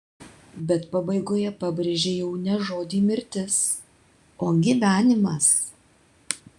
bet pabaigoje pabrėžei jau ne žodį mirtis o gyvenimas